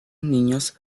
niños